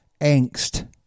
angst